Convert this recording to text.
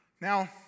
Now